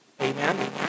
Amen